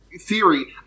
theory